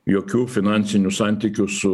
jokių finansinių santykių su